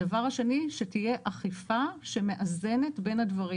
הדבר שני, שתהיה אכיפה שמאזנת בין הדברים.